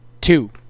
two